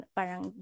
parang